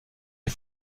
les